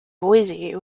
boise